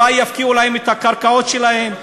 אולי יפקיעו להם את הקרקעות שלהם,